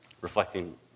reflecting